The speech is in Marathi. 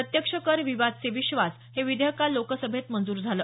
प्रत्यक्ष कर विवाद से विश्वास हे विधेयक काल लोकसभेत मंजूर झालं